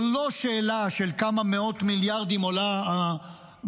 זו לא שאלה של כמה מאות מיליארדים עולה המלחמה.